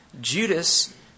Judas